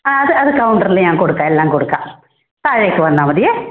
ആ അത് അത് കൗണ്ടറിൽ ഞാൻ കൊടുക്കാം എല്ലാം കൊടുക്കാം താഴേയ്ക്ക് വന്നാൽ മതിയെ